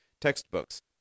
textbooks